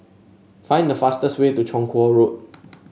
find the fastest way to Chong Kuo Road